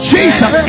Jesus